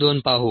2 पाहू